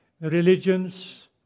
religions